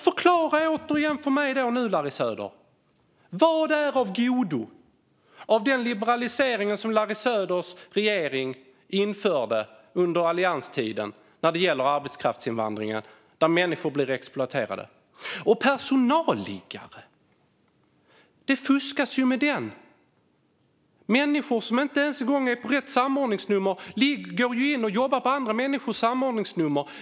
Förklara återigen för mig, Larry Söder: Vad är av godo med den liberalisering som Larry Söders regering införde under allianstiden när det gäller arbetskraftsinvandringen, där människor blir exploaterade? Och personalliggare - det fuskas ju med dem. Människor som inte ens står under rätt samordningsnummer går in och jobbar på andra människors samordningsnummer.